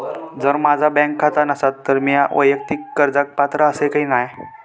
जर माझा बँक खाता नसात तर मीया वैयक्तिक कर्जाक पात्र आसय की नाय?